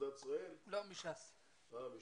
ועוד יותר מכך למדינת ישראל בהכרת מעמדם